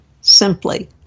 simply